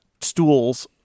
stools